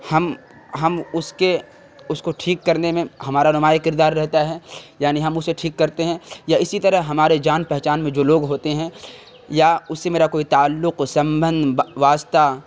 ہم ہم اس کے اس کو ٹھیک کرنے میں ہمارا نمایاں کردار رہتا ہے یعنی ہم اسے ٹھیک کرتے ہیں یا اسی طرح ہمارے جان پہچان میں جو لوگ ہوتے ہیں یا اس سے میرا کوئی تعلق سمبندھ واسطہ